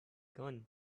gun